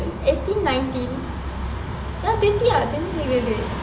eighteen nineteen ya twenty ah twenty